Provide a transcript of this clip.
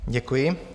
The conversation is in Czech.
Děkuji.